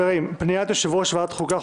פניית יושב-ראש ועדת החוקה,